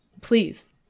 please